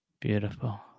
Beautiful